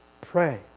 Pray